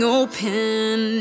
open